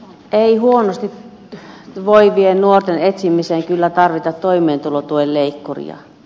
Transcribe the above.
ei huonosti voivien nuorten etsimiseen kyllä tarvita toimeentulotuen leikkuria